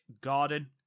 Garden